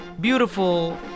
beautiful